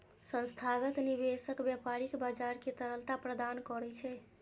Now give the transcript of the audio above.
संस्थागत निवेशक व्यापारिक बाजार कें तरलता प्रदान करै छै